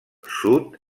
sud